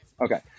Okay